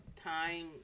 time